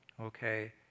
okay